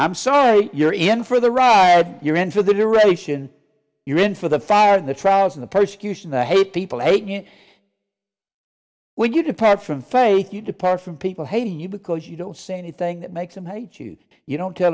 i'm sorry you're in for the ride you're in for the duration you're in for the fire the trials of the persecution the hate people hate you when you depart from faith you depart from people hating you because you don't say anything that makes them hate you you don't tell